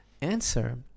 answer